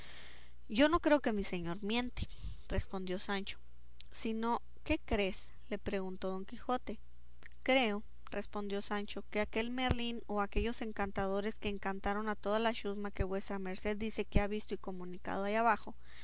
yo no creo que mi señor miente respondió sancho si no qué crees le preguntó don quijote creo respondió sancho que aquel merlín o aquellos encantadores que encantaron a toda la chusma que vuestra merced dice que ha visto y comunicado allá bajo